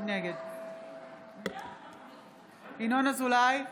נגד ינון אזולאי,